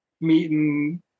meeting